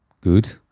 good